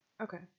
Okay